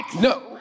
No